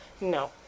No